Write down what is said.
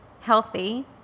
healthy